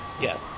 Yes